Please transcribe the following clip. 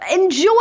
Enjoy